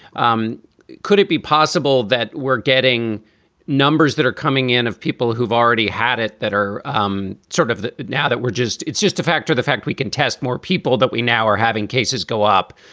um could it be possible that we're getting numbers that are coming in of people who've already had it, that are um sort of now that we're just it's just a factor, the fact we can test more people, that we now are having cases go up,